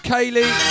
Kaylee